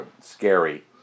scary